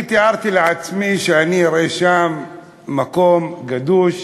אני תיארתי לעצמי שאראה שם מקום גדוש,